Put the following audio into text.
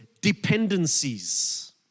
dependencies